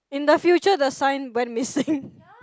in the future the sign went missing